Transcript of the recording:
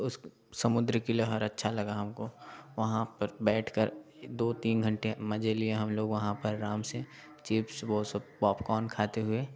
उस समुद्र की लहर अच्छा लगा हमको वहाँ पर बैठ कर दो तीन घंटे मजे लिए हम लोग वहाँ पर आराम से चिप्स वो सब पॉपकॉन खाते हुए